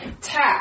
tap